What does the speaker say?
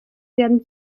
werden